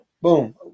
boom